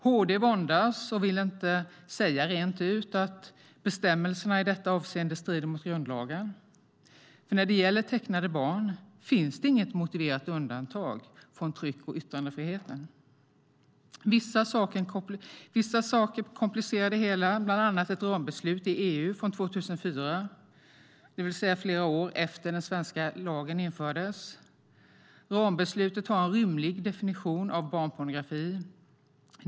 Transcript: HD våndas och vill inte säga rent ut att bestämmelserna i detta avseende strider mot grundlagen, för när det gäller tecknade barn finns det inget motiverat undantag från tryck och yttrandefriheten. Vissa saker komplicerar det hela, bland annat ett rambeslut i EU från 2004, det vill säga flera år efter det att den svenska lagen infördes. Rambeslutet har en rymlig definition av barnpornografi.